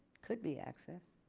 could be access.